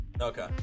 Okay